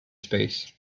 space